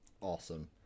Awesome